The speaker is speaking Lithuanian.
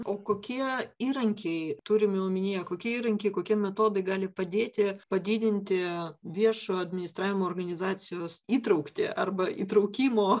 o kokie įrankiai turimi omenyje kokie įrankiai kokie metodai gali padėti padidinti viešo administravimo organizacijos įtrauktį arba įtraukimo